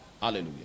Hallelujah